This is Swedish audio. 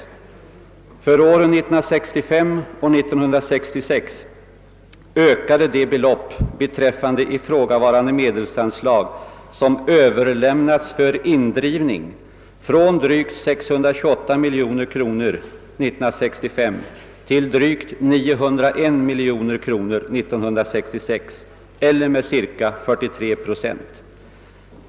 För åren 1965 och 1966 ökade de belopp betr. ifrågavarande medelsslag som ' överlämnats för indrivning från drygt 628 milj.kr.nor 1965 till drygt 901 milj.kr.nor 1966 eller med ca 43 procent.